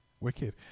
Wicked